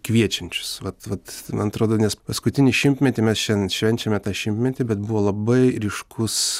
kviečiančius vat vat man atrodo nes paskutinį šimtmetį mes šiandien švenčiame tą šimtmetį bet buvo labai ryškus